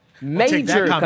Major